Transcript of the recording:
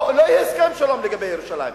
או לא יהיה הסכם שלום לגבי ירושלים.